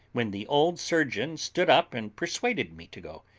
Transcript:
when the old surgeon stood up and persuaded me to go,